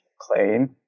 claim